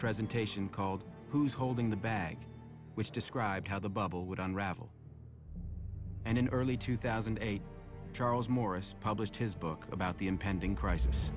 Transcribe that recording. presentation called who's holding the bag which described how the bubble would unravel and in early two thousand and eight charles morris published his book about the impending crisis